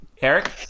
Eric